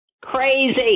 crazy